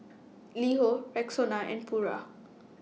LiHo Rexona and Pura